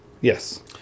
Yes